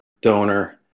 donor